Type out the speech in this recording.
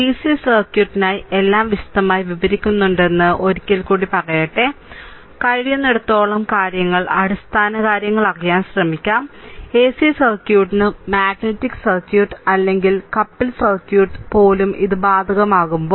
DC സർക്യൂട്ടിനായി എല്ലാം വിശദമായി വിവരിക്കുന്നുണ്ടെന്ന് ഞാൻ ഒരിക്കൽ കൂടി പറയട്ടെ കഴിയുന്നിടത്തോളം കാര്യങ്ങൾ അടിസ്ഥാനകാര്യങ്ങൾ അറിയാൻ ശ്രമിക്കാം എസി സർക്യൂട്ടിനും മാഗ്നറ്റിക് സർക്യൂട്ട് അല്ലെങ്കിൽ കപ്പിൽ സർക്യൂട്ടിനും പോലും ഇത് ബാധകമാകുമ്പോൾ